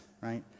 right